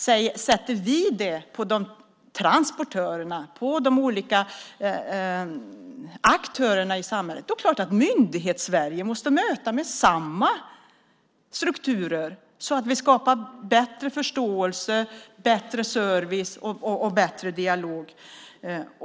Om vi ställer de kraven på transportörerna och de olika aktörerna i samhället är det klart att Myndighets-Sverige måste möta med samma strukturer så att vi skapar bättre förståelse, bättre service och bättre dialog.